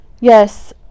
Yes